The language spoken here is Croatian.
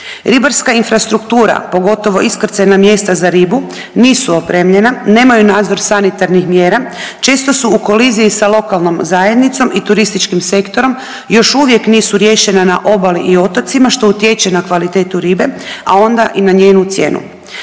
Ribarska infrastruktura, pogotovo iskrcajna mjesta za ribu nisu opremljena, nemaju nadzor sanitarnih mjera, često su u koliziji sa lokalnom zajednicom i turističkim sektorom i još uvijek nisu riješena na obali i otocima, što utječe na kvalitetu ribe, a onda i na njenu cijenu.